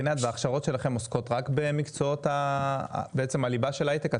ההכשרות שלכם עוסקות רק במקצועות הליבה של ההייטק?